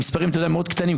המספרים מאוד קטנים,